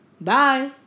Bye